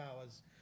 hours